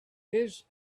his